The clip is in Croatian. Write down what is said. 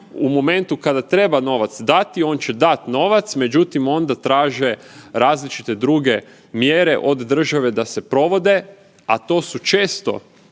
u momentu kada treba novac dati, on će dati novac, međutim onda traže različite druge mjere od države da se provode, a to su često